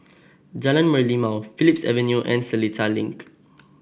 Jalan Merlimau Phillips Avenue and Seletar Link